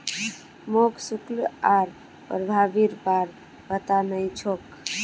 मोक शुल्क आर प्रभावीर बार पता नइ छोक